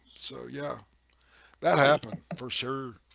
so yeah that happened for sure